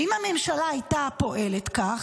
ואם הממשלה הייתה פועלת כך,